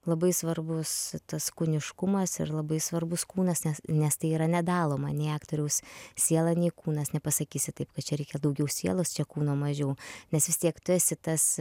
labai svarbus tas kūniškumas ir labai svarbus kūnas nes nes tai yra nedaloma nei aktoriaus siela nei kūnas nepasakysi taip kad čia reikia daugiau sielos čia kūno mažiau nes vis tiek tu esi tas